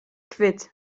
quitt